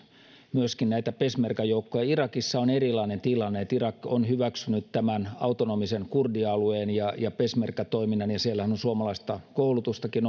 myöskin näitä peshmerga joukkoja irakissa on erilainen tilanne irak on hyväksynyt tämän autonomisen kurdialueen ja ja peshmerga toiminnan ja siellähän on suomalaista koulutustakin